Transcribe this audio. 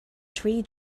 three